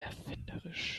erfinderisch